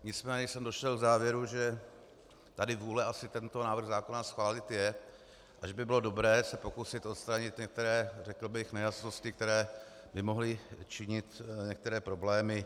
Nicméně jsem došel k závěru, že tady vůle asi tento návrh zákona schválit je a že by bylo dobré se pokusit odstranit některé, řekl bych, nejasnosti, které by mohly činit některé problémy.